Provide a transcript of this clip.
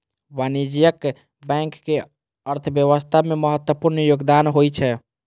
वाणिज्यिक बैंक के अर्थव्यवस्था मे महत्वपूर्ण योगदान होइ छै